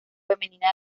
femenina